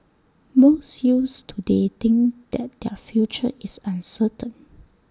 most youths today think that their future is uncertain